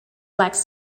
lacked